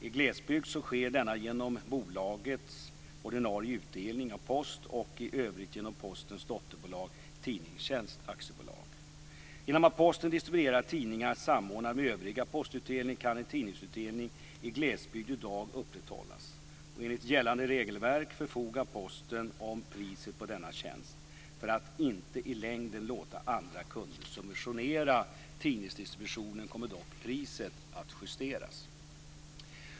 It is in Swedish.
I glesbygd sker detta genom bolagets ordinarie utdelning av post och i övrigt genom Postens dotterbolag Tidningstjänst Genom att Posten distribuerar tidningar samordnat med övrig postutdelning kan en tidningsutdelning i glesbygd i dag upprätthållas. Enligt gällande regelverk förfogar Posten över priset på denna tjänst. För att inte i längden låta andra kunder subventionera tidningsdistributionen kommer dock priset att justeras.